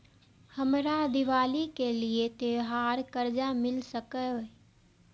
हमरा दिवाली के लिये त्योहार कर्जा मिल सकय?